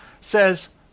says